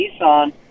Nissan